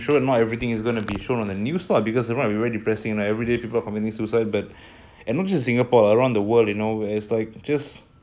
but I'm sure not everything is gonna be shown on the news lah because if not it will become very depressing you know everyday there's gonna be people committing suicide and not just in singapore even around the world you know where it's like just